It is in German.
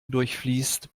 durchfließt